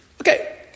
okay